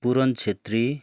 Puran Chhetri